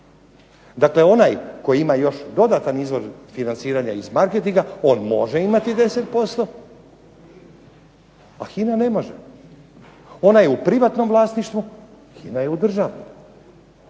Dakle onaj tko ima još dodatan izvor financiranja iz marketinga on može imati 10%, a HINA ne može. Ona je u privatnom vlasništvu, HINA je u državnom.